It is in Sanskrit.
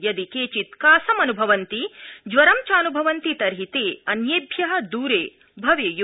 यदि केचित् कासम् अन्भवन्ति ज्वरं चान्भवन्ति तर्हि ते अन्येभ्य दूरे भवेय्